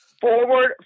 Forward